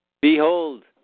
Behold